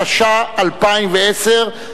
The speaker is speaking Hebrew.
התשע"א 2010,